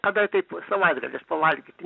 kada taip savaitgalis pavalgyti